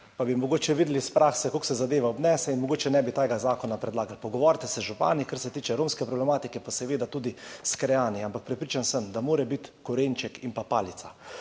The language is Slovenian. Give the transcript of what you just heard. pa bi mogoče videli iz prakse, kako se zadeva obnese, in mogoče ne bi tega zakona predlagali. Pogovorite se z župani, kar se tiče romske problematike, pa seveda tudi s krajani. Ampak prepričan sem, da mora biti korenček in palica.